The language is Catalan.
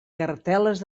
cartel·les